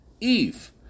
Eve